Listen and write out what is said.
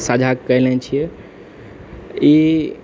साझा केने छियै ई